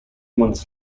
months